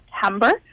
September